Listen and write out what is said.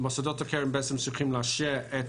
מוסדות הקרן צריכים לאשר את